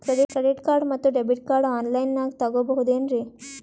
Credit card ಮತ್ತು debit card ಆನ್ ಲೈನಾಗ್ ತಗೋಬಹುದೇನ್ರಿ?